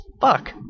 Fuck